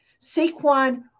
Saquon